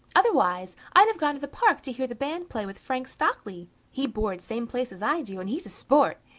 otherwise i'd have gone to the park to hear the band play with frank stockley. he boards same place as i do, and he's a sport.